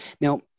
Now